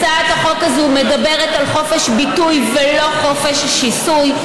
הצעת החוק הזו מדברת על חופש ביטוי ולא חופש שיסוי,